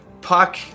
Puck